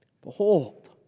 behold